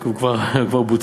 רק הוא כבר בוצע,